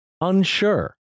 unsure